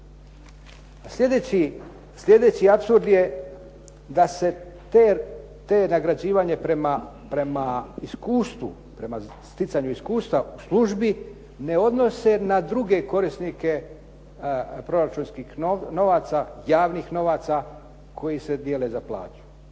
Slijedeći apsurd je da se to nagrađivanje prema iskustvu, prema stjecanju iskustva u službi ne odnose na druge korisnike proračunskih novaca, javnih novaca koji se dijele za plaće.